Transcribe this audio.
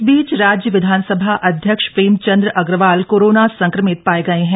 इस बीच राज्य विधानसभा अध्यक्ष प्रेमचन्द अग्रवाल कोरोना संक्रमित पाये गये हैं